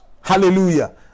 Hallelujah